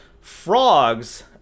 frogs